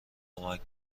کمک